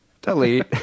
delete